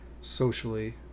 socially